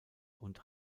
und